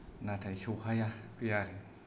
नाथाय सौहाया बे आरो